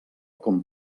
com